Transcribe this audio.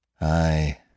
I